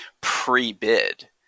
pre-bid